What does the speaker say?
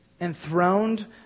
enthroned